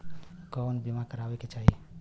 कउन बीमा करावें के चाही?